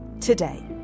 Today